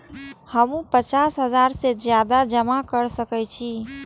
हमू पचास हजार से ज्यादा जमा कर सके छी?